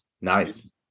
nice